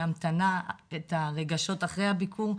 המתנה, רגשות אחרי הביקור,